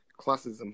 classism